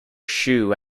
shoe